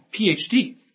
PhD